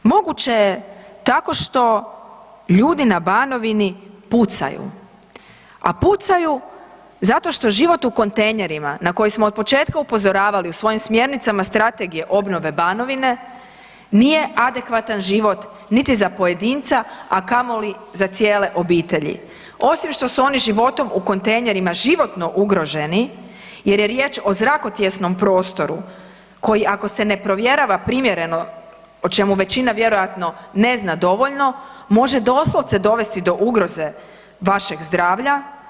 Moguće je tako što ljudi na Banovini pucaju a pucaju zato što život u kontejnerima na koji smo otpočetka upozoravali u svojim smjernicama strategije obnove Banovine, nije adekvatan život niti za pojedinca a kamoli za cijele obitelji, osim što su oni životom u kontejnerima životno ugroženi jer je riječ o zrako tijesnom prostoru koji je se ako se ne provjera primjereno o čemu većina vjerojatno ne zna dovoljno, može doslovce dovesti do ugroze vašeg zdravlja.